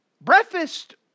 Breakfast